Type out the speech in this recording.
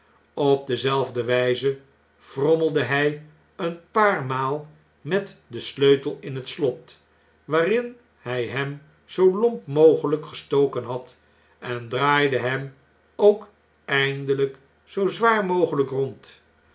op dezelfde wjjze frommelde hij een paar maal met den sleutel in het slot waarin hvj hem zoo lomp mogelijk gestoken had en draaide hem ook eindelijk zoo zwaar mogelijk rond